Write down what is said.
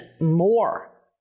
more